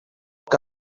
que